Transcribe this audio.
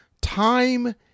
Time